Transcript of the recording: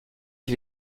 qui